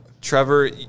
Trevor